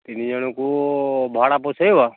ତିନି ଜଣଙ୍କୁ ଭଡ଼ା ପୋଷେଇବ